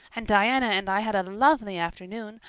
and diana and i had a lovely afternoon.